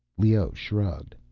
leoh shrugged.